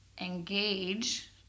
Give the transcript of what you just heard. engage